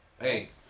Hey